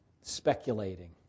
speculating